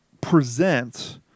present